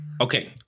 Okay